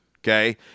okay